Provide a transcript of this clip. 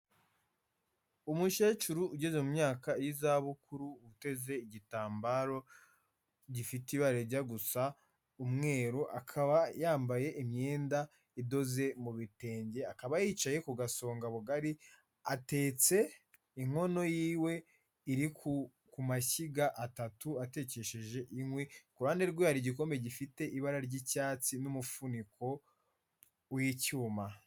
Umukecuru ugeze mu myaka y'izabukuru uteze igitambaro gifite ibara rijya gusa umweru, akaba yambaye imyenda idoze mu bitenge, akaba yicaye ku gasonga bugari, atetse inkono yiwe iri ku mashyiga atatu atekeshe inkwi, ku ruhande rwe hari igikombe gifite ibara ry'icyatsi n'umufuniko w'icyuma.